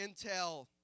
intel